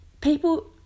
people